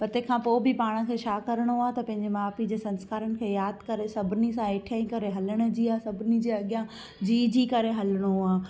पर तंहिं खां पोइ बि पाण खे छा करिणो आहे त पंहिंजे माउ पीउ जे संस्कारनि खे यादि करे सभिनी सां हेठि थी करे हलण जी आहे सभिनी जे अॻियां जी जी करे हलिणो आहे